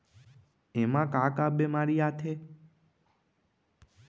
एमा का का बेमारी आथे?